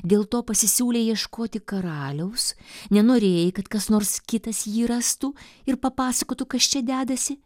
dėl to pasisiūlei ieškoti karaliaus nenorėjai kad kas nors kitas jį rastų ir papasakotų kas čia dedasi